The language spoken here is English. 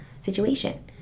situation